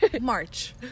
March